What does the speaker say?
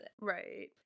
Right